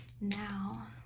Now